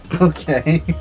Okay